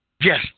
Yes